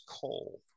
coal